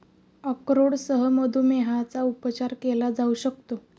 अक्रोडसह मधुमेहाचा उपचार केला जाऊ शकतो